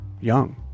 young